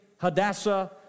Hadassah